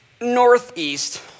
northeast